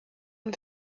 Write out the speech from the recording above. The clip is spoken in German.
und